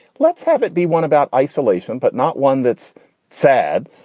let's have it be one about isolation. but not one that's sad.